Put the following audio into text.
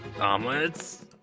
omelets